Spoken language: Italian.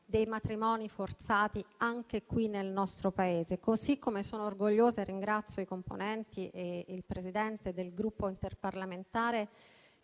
dei matrimoni forzati anche qui nel nostro Paese. Così come sono orgogliosa del fatto che i componenti e il Presidente del Gruppo interparlamentare,